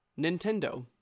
Nintendo